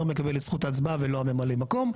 מקבל את זכות ההצבעה ולא ממלא המקום.